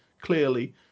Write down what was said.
clearly